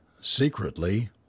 secretly